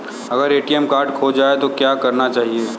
अगर ATM card खो जाए तो क्या करना चाहिए?